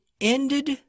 ended